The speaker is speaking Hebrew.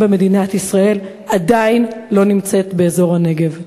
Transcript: במדינת ישראל עדיין לא נמצאת באזור הנגב.